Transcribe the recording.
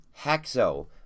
Hexo